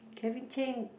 Kelvin-Cheng